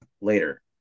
later